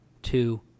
two